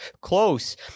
close